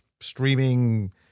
streaming